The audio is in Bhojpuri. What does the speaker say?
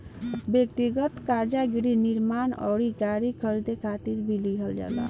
ब्यक्तिगत कर्जा गृह निर्माण अउरी गाड़ी खरीदे खातिर भी लिहल जाला